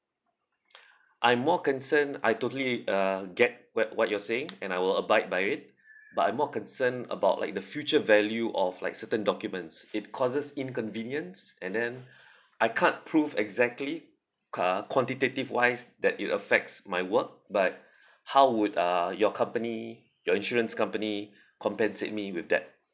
I'm more concerned I totally uh get what what you're saying and I will abide by it but I'm more concern about like the future value of like certain documents it causes inconvenience and then I can't prove exactly qua~ quantitative wise that it affects my work but how would uh your company your insurance company compensate me with that